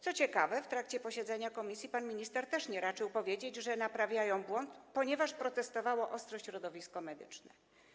Co ciekawe, w trakcie posiedzenia komisji pan minister też nie raczył powiedzieć, że naprawiają błąd, ponieważ ostro protestowało środowisko medyczne.